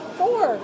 four